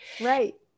right